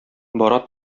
бара